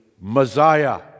Messiah